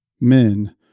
men